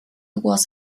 was